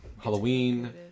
Halloween